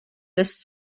ist